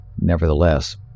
Nevertheless